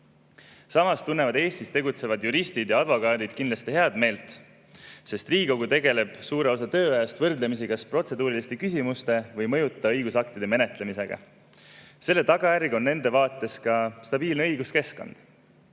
Samas tunnevad Eestis tegutsevad juristid ja advokaadid kindlasti head meelt, sest Riigikogu tegeleb suure osa tööajast kas protseduuriliste küsimuste või võrdlemisi mõjuta õigusaktide menetlemisega. Selle tagajärg on nende vaates ka stabiilne õiguskeskkond.